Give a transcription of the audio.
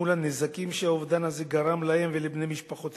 מול הנזקים שהאובדן הזה גרם להן ולבני-משפחותיהן.